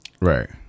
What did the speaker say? Right